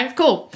cool